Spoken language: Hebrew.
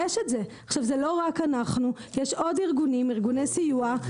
זה לא רק אנחנו, יש עוד ארגוני סיוע.